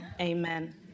amen